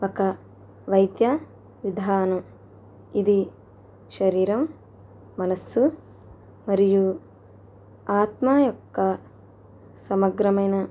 ఒక వైద్య విధానం ఇది శరీరం మనస్సు మరియు ఆత్మ యొక్క సమగ్రమైన